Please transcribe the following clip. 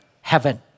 heaven